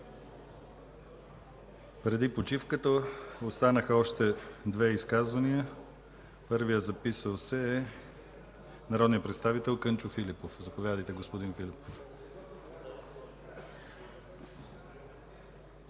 Преди почивката останаха още две изказвания. Първият записал се е народният представител Кънчо Филипов. Заповядайте, господин Филипов.